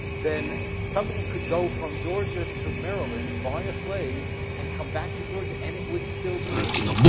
then somebody could go from georgia to maryland, buy a slave and come back to georgia, and it would still be legal.